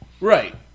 Right